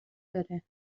داره